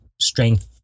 strength